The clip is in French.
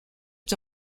est